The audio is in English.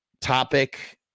topic